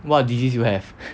what disease you have